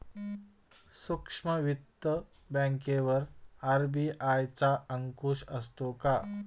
सूक्ष्म वित्त बँकेवर आर.बी.आय चा अंकुश असतो का?